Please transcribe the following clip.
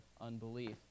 unbelief